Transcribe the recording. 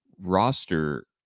roster